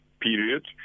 period